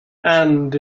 and